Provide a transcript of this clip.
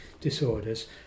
disorders